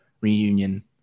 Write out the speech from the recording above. reunion